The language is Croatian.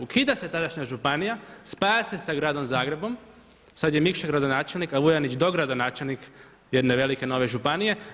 Ukida se tadašnja županija, spaja se sa gradom Zagrebom, sada je Mikša gradonačelnik a Vujanić dogradonačelnik jedne velike nove županije.